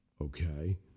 okay